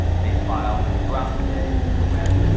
they file throughout the day for the web,